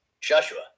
Joshua